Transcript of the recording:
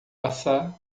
assar